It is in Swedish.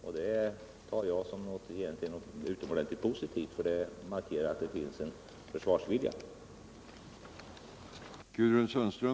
Och det tar jag som något utomordentligt positivt; det markerar att det finns en försvarsvilja.